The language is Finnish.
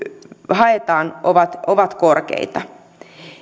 haetaan ovat ovat korkeita